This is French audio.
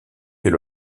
fait